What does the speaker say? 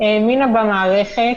האמינה במערכת,